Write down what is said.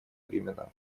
времена